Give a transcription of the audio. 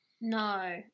no